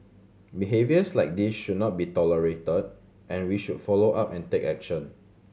behaviours like this should not be tolerated and we should follow up and take action